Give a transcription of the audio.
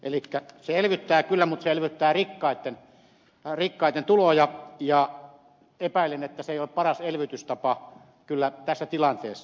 elikkä se elvyttää kyllä mutta se elvyttää rikkaitten tuloja ja epäilen että se ei ole paras elvytystapa kyllä tässä tilanteessa